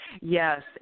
Yes